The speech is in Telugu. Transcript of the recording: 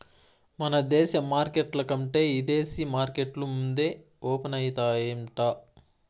మన దేశ మార్కెట్ల కంటే ఇదేశీ మార్కెట్లు ముందే ఓపనయితాయంట